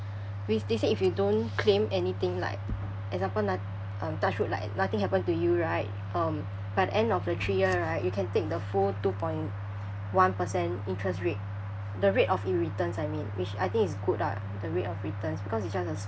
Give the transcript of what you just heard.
they say if you don't claim anything like example noth~ um touch wood like nothing happen to you right um by end of the three year right you can take the full two point one per cent interest rate the rate of in returns I mean which I think is good lah the rate of returns because it's just a